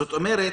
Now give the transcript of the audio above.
זאת אומרת,